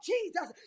Jesus